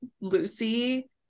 Lucy